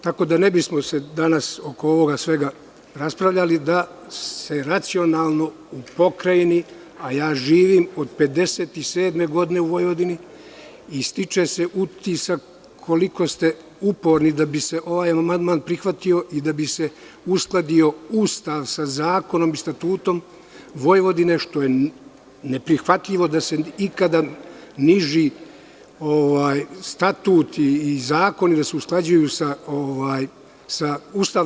Tako da se ne bismo danas oko ovoga svega raspravljali da se racionalno u Pokrajini, a ja živim od 1957. godine u Vojvodini i stiče se utisak koliko ste uporni da bi se ovaj amandman prihvatio i da bi se uskladio Ustav sa zakonom i Statutom Vojvodine, što je neprihvatljivo da se ikada niži statut i zakon usklađuju sa Ustavom.